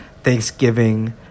thanksgiving